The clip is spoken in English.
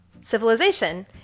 Civilization